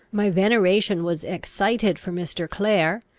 my veneration was excited for mr. clare,